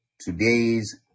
Today's